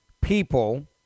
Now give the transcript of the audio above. people